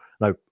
No